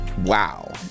Wow